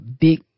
big